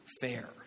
fair